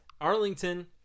Arlington